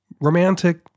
romantic